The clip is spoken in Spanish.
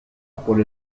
por